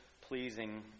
pleasing